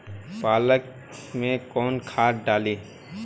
पालक में कौन खाद डाली?